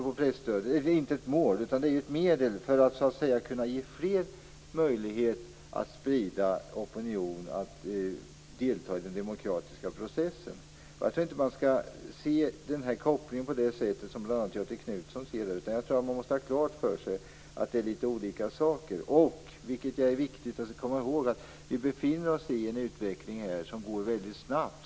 Presstödet är inte ett mål utan ett medel för att kunna ge fler möjlighet att sprida opinion och att delta i den demokratiska processen. Jag tror inte att man skall se kopplingen på det sätt som Göthe Knutson ser den. Man måste ha klart för sig att det handlar om litet olika saker. Dessutom är det viktigt att komma ihåg att vi befinner oss i en utveckling som går snabbt.